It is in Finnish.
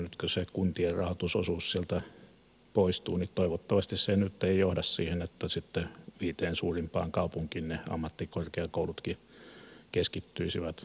nyt kun se kuntien rahoitusosuus sieltä poistuu niin toivottavasti se ei nyt johda siihen että sitten viiteen suurimpaan kaupunkiin ne ammattikorkeakoulutkin keskittyisivät tulevaisuudessa